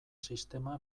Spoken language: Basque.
sistema